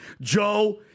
Joe